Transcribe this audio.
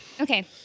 okay